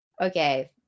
Okay